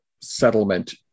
settlement